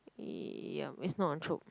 ya it's not a Chope